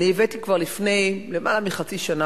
אני הבאתי כבר לפני למעלה מחצי שנה,